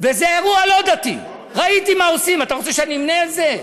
הייתה הבחנה נכונה וברורה,